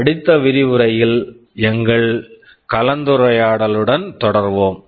அடுத்த விரிவுரையில் எங்கள் கலந்துரையாடலுடன் தொடருவோம்